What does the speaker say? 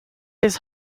his